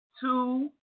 Two